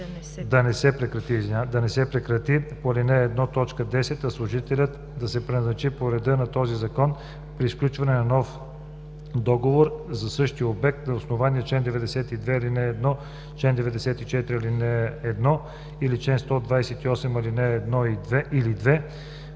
да не се прекрати по ал. 1, т. 10, а служителят да се преназначи по реда на този закон, при сключване на нов договор за същия обект на основание чл. 92, ал. 1, чл. 94, ал. 1 или чл. 128, ал. 1 или 2,